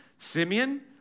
Simeon